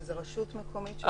שזאת רשות מקומית --- כל רשות.